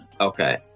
Okay